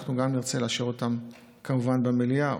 אנחנו נרצה לאשר אותן גם כמובן במליאה,